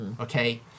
Okay